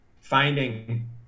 finding